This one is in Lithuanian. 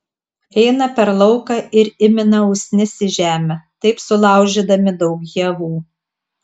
eina per lauką ir įmina usnis į žemę taip sulaužydami daug javų